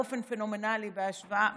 באופן פנומנלי בהשוואה,